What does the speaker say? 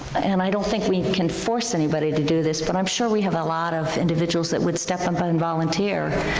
and i don't think we can force anybody to do this but i'm sure we have a lot of individuals that would step up and volunteer